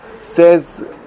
says